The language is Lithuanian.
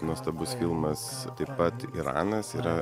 nuostabus filmas taip pat iranas yra